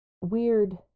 weird